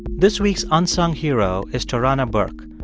this week's unsung hero is tarana burke.